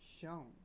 shown